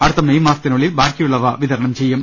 അടുത്ത മേയ് മാസത്തിനുള്ളിൽ ബാക്കിയുള്ളവ വിതരണം ചെയ്യും